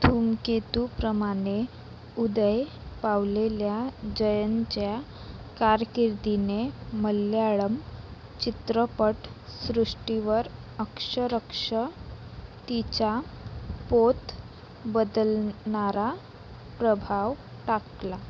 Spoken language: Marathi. धूमकेतूप्रमाणे उदय पावलेल्या जयनच्या कारकिर्दीने मल्याळम चित्रपट सृष्टीवर अक्षरशः तिचा पोत बदलणारा प्रभाव टाकला